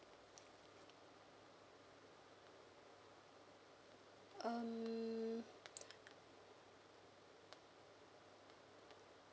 um